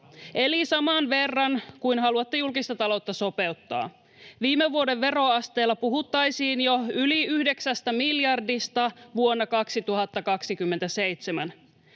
eli saman verran kuin haluatte julkista taloutta sopeuttaa. Viime vuoden veroasteella puhuttaisiin [Vilhelm Junnilan